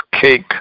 cake